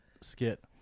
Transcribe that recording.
skit